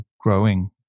growing